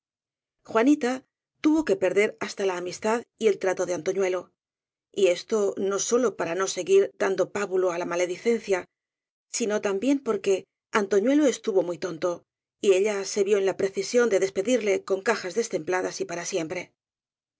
juanita tuvo que perder hasta la amistad y el trato de antoñuelo y esto no sólo para no seguir dando pábulo á la maledicencia sino también por que antoñuelo estuvo muy tonto y ella se vid en la precisión de despedirle con cajas destempladas y para siempre